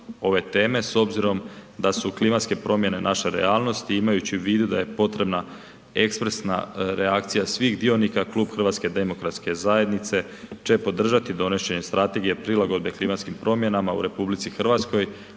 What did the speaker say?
s obzirom da su klimatske promjene naša realnost, i imajući u vidu da je potrebna ekspresna reakcija svih dionika, Klub Hrvatske demokratske zajednice će podržati donošenje Strategije prilagodbe klimatskim promjenama u Republici Hrvatskoj